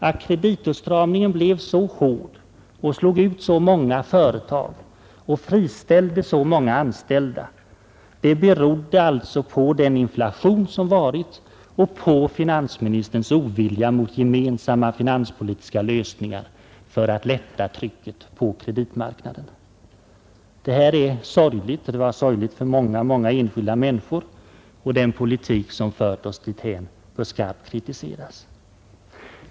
Att kreditåtstramningen blev så hård och slog ut så många företag och friställde så många anställda, berodde alltså på den inflation vi haft, och på finansministerns ovilja mot gemensamma finanspolitiska lösningar för att lätta trycket på kreditmarknaden. Detta är sorgligt och den politik som fört oss dithän bör skarpt kritiseras.